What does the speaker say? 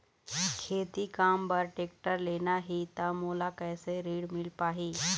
खेती काम बर टेक्टर लेना ही त मोला कैसे ऋण मिल पाही?